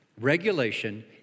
Regulation